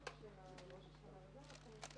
הישיבה ננעלה בשעה 12:16.